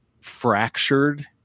fractured